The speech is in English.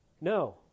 No